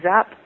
up